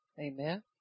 Amen